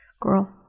Girl